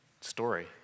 story